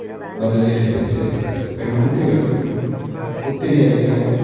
പദ്ധതി അനുസരിച്ച് പെണ്കുട്ടികള്ക്ക് ഒത്തിരി അധികം